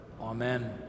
Amen